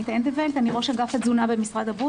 אני ראש אגף התזונה במשרד הבריאות.